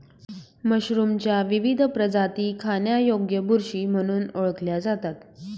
मशरूमच्या विविध प्रजाती खाण्यायोग्य बुरशी म्हणून ओळखल्या जातात